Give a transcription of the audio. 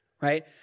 right